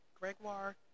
Gregoire